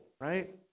right